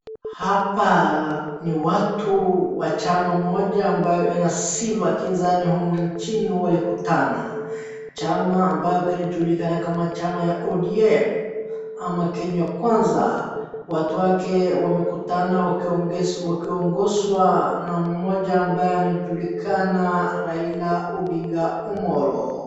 Hapa ni watu wa chama moja ambayo ina sifa kinzani humu nchini walikutana. Chama ambayo kinajulikana kama chama ya ODM ama Kenya Kwanza. Watu wake wamekutana wakiongozwa na mmoja ambaye anajulikana Raila Odinga Omolo.